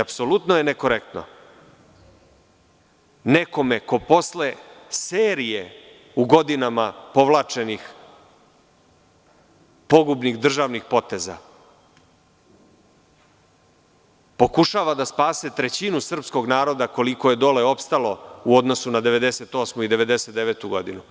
Apsolutno je nekorektno nekome ko posle serije u godinama povlačenih pogubnih državnih poteza pokušava da spase trećinu srpskog naroda koliko je dole opstalo u odnosu na 1998. i 1999. godinu,